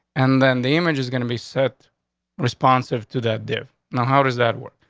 and then the image is going to be set responsive to that death. now, how does that work?